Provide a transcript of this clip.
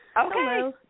Okay